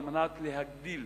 על מנת להגדיל